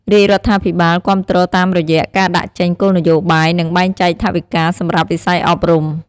រាជរដ្ឋាភិបាលគាំទ្រតាមរយៈ ការដាក់ចេញគោលនយោបាយ និង បែងចែកថវិកា សម្រាប់វិស័យអប់រំ។